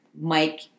Mike